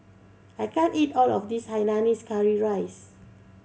I can't eat all of this hainanese curry rice